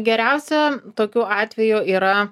geriausia tokiu atveju yra